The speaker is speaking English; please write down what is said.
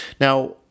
Now